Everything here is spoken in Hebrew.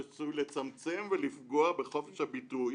שעשוי לצמצם ולפגוע בחופש הביטוי,